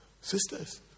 Sisters